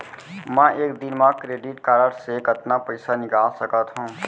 मैं एक दिन म क्रेडिट कारड से कतना पइसा निकाल सकत हो?